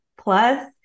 plus